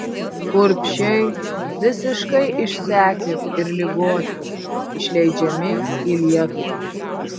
urbšiai visiškai išsekę ir ligoti išleidžiami į lietuvą